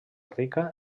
rica